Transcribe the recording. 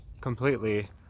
completely